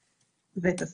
ההצעה ואת הסעיף.